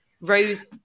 rose